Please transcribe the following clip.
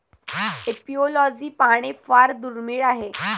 apiology पाहणे फार दुर्मिळ आहे